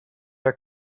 are